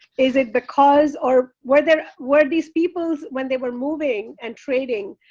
is it because, or where there, were these peoples when they were moving and trading,